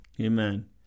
Amen